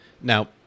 Now